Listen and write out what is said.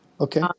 okay